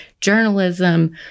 journalism